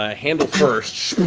ah handle-first,